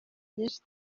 myinshi